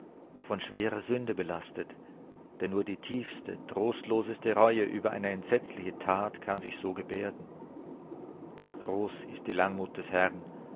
von schwerer sünde belastet denn nur die tiefste trostloseste reue über eine entsetzliche tat kann sich so gebärden doch groß ist die langmut des herrn